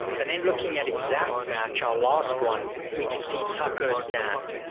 and then looking at exact match, our last one, we can see tacos stand.